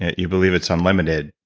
you believe it's unlimited.